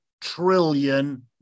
trillion